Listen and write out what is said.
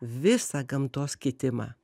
visą gamtos kitimą